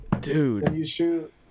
Dude